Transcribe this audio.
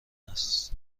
است